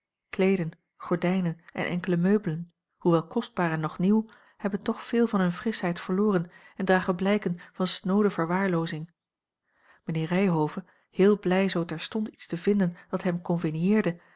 kleeden gordijnen en enkele meubelen hoewel kostbaar en nog nieuw hebben toch veel van hunne frischheid verloren en dragen blijken van snoode verwaara l g bosboom-toussaint langs een omweg loozing mijnheer ryhove heel blij zoo terstond iets te vinden dat hem